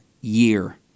year